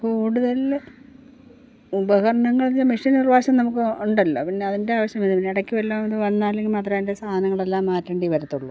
കൂടുതല് ഉപകരണങ്ങൾ എന്ന് വെച്ചാൽ മെഷ്യൻ ഒരുപ്രാവശ്യം നമുക്കുണ്ടല്ലോ പിന്നെ അതിൻ്റെ ആവശ്യം വരുന്നില്ല പിന്നെ ഇടയ്ക്കു വല്ല ഇതും വന്നാല് മാത്രമേ അതിൻ്റെ സാധനങ്ങൾ എല്ലാം മാറ്റേണ്ടി വരുത്തുള്ളൂ